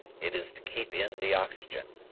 it is to keep in the oxygen.